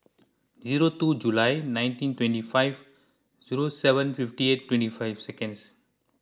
zero two July nineteen twenty five zero seven fifty eight twenty five seconds